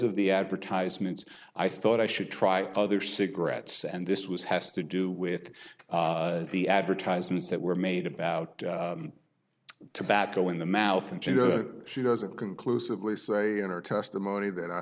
of the advertisements i thought i should try other cigarettes and this was has to do with the advertisements that were made about tobacco in the mouth and she does she doesn't conclusively say in her testimony that i